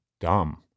dumb